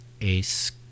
Ace